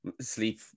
sleep